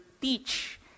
teach